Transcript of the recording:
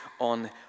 on